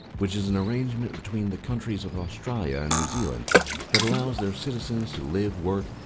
which is an arrangement between the countries of australia and new zealand that allows their citizens to live, work,